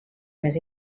més